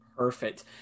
Perfect